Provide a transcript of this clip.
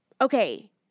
Okay